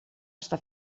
està